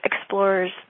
explorers